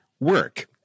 work